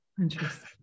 Interesting